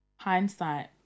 Hindsight